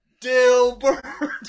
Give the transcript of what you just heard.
Dilbert